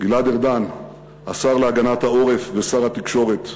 גלעד ארדן, השר להגנת העורף ושר התקשורת,